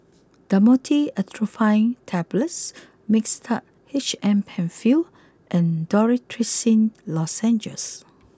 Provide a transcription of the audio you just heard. Dhamotil Atropine Tablets Mixtard H M Penfill and Dorithricin Lozenges